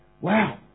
Wow